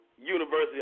University